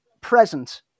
present